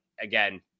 Again